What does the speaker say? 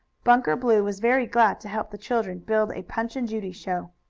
bunker blue was very glad to help the children build a punch and judy show.